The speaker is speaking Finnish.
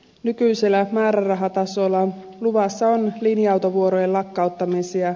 nykyisellä määrärahatasolla luvassa on linja autovuorojen lakkauttamisia